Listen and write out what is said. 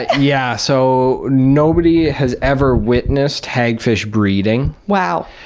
yeah. so nobody has ever witnessed hagfish breeding. wow.